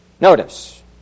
Notice